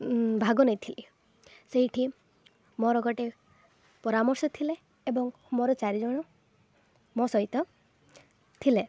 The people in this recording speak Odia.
ଭାଗ ନେଇଥିଲି ସେଇଠି ମୋର ଗୋଟେ ପରାମର୍ଶ ଥିଲେ ଏବଂ ମୋର ଚାରିଜଣ ମୋ ସହିତ ଥିଲେ